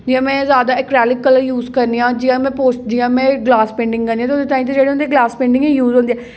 जि'यां में जैदा ऐक्रलिक कलर यूज करनी आं जियां मैं पोस् जि'यां में ग्लास पेंटिंग करनी आं ते ओह्दे ताईं ते जेह्ड़े होंदे ग्लास पेंटिंग गै यूज होंदे ऐ